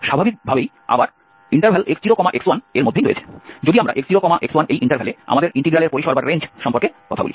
যদি আমরা x0x1 এ আমাদের ইন্টিগ্রালের পরিসর সম্পর্কে কথা বলি